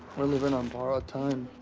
we're living on borrowed time,